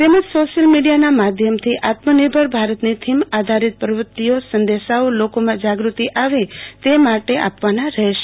તેમજ સોશિયલ મીડીયાના માધ્યમથી આત્માનભર ભારતની થીમ આધારિત પ્રવ્રતિઓ સંદેશાઓ લોકોમાં જાગૂતિ આવે તેમાટે કરવાના રહેશે